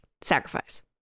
sacrifice